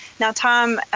now tom,